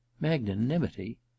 Magnanimity